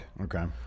Okay